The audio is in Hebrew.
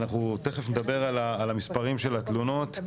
אנחנו תכף נדבר על המספרים של התלונות.